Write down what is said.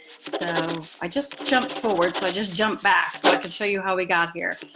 so i just jumped forward, so i just jumped back so i could show you how we got here.